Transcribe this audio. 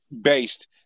based